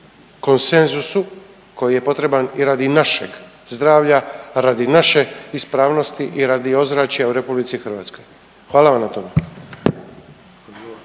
konsenzusu koji je potreban i radi našeg zdravlja i radi naše ispravnosti i radi ozračja u Republici Hrvatskoj. Hvala vam na tome.